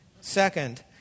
Second